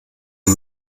der